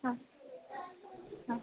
ಹಾಂ ಹಾಂ